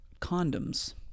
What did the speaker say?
condoms